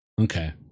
okay